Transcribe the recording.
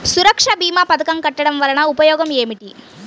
సురక్ష భీమా పథకం కట్టడం వలన ఉపయోగం ఏమిటి?